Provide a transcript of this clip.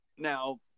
Now